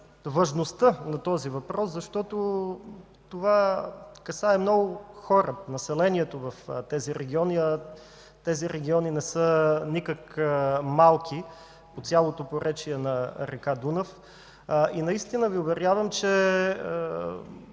важността на този въпрос, защото това касае много хора, населението в тези региони, а те не са никак малки – по цялото поречие на р. Дунав. Наистина Ви уверявам, че